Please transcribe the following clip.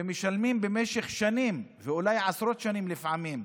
ומשלמות במשך שנים ואולי עשרות שנים לפעמים,